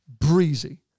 breezy